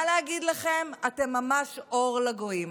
מה להגיד לכם, אתם ממש אור לגויים.